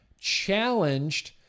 challenged